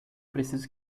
preciso